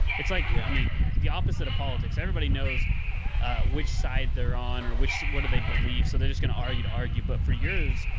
it's like yeah i mean, the opposite of politics. everybody knows which side they're on or which. what do they believe? so they're just going to argue, to argue. but for years,